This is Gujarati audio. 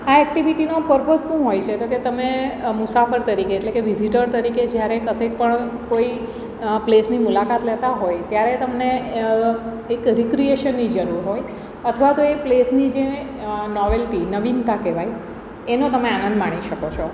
આ એક્ટિવિટીનો પરપસ શું હોય છે તો કે તમે મુસાફર તરીકે એટલે કે વિઝિટર તરીકે જ્યારે કશેક પણ કોઈ પ્લેસની મુલાકાત લેતા હોય ત્યારે તમને એક રિક્રીએશનની જરૂર હોય અથવા તો એ પ્લેસની જે નોવેલ્ટી નવીનતા કહેવાય એનો તમે આનંદ માણી શકો છો